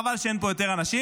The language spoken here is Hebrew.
חבל שאין פה יותר אנשים,